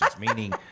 meaning